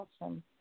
awesome